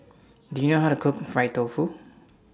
Do YOU know How to Cook Fried Tofu